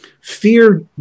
fear